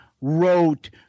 wrote